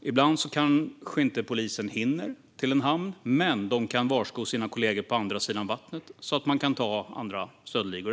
Ibland kanske polisen inte hinner till en hamn, men de kan varsko sina kollegor på andra sidan vattnet så att de kan ta andra stöldligor.